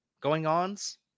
going-ons